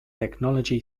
technology